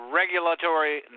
regulatory